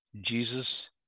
Jesus